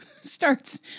starts